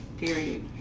Period